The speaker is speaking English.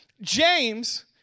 James